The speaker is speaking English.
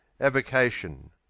avocation